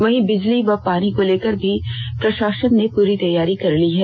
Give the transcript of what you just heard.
वहीं बिजली व पानी को लेकर भी प्रशासन ने पूरी तैयारी कर ली है